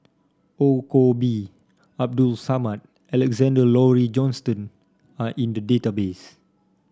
Ong Koh Bee Abdul Samad Alexander Laurie Johnston are in the database